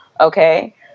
Okay